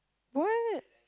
what